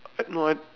at no I